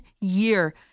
year